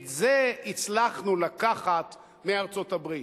את זה הצלחנו לקחת מארצות-הברית.